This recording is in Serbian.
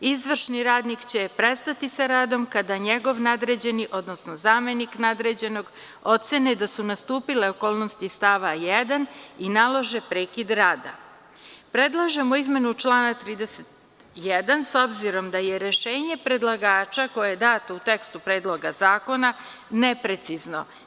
Izvršni radnik će prestati sa radom kada njegov nadređeni, odnosno zamenik nadređenog ocene da su nastupile okolnosti iz stav 1. i nalože prekid rada.“ Predlažemo izmenu člana 31. s obzirom da je rešenje predlagača koje je dato u tekstu Predloga zakona neprecizno.